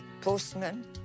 postman